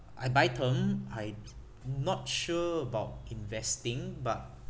I buy term I not sure about investing but